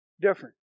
different